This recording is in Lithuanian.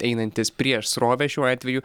einantis prieš srovę šiuo atveju